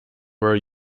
were